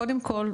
קודם כל,